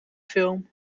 film